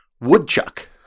Woodchuck